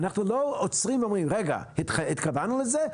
אנחנו לא עוצרים ואומרים רגע, התכוונו לזה?